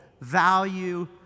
value